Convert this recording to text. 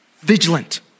vigilant